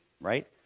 right